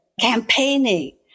campaigning